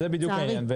זה בדיוק העניין.